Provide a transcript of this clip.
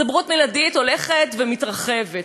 סמכות בלעדית הולכת ומתרחבת,